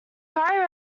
prior